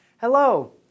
Hello